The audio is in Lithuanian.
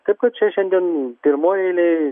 taip kad čia šiandien pirmoj eilėj